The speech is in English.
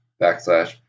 backslash